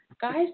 Guys